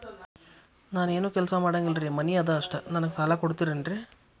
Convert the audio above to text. ನಾನು ಏನು ಕೆಲಸ ಮಾಡಂಗಿಲ್ರಿ ಮನಿ ಅದ ಅಷ್ಟ ನನಗೆ ಸಾಲ ಕೊಡ್ತಿರೇನ್ರಿ?